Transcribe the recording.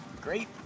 Great